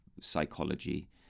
psychology